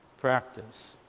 practice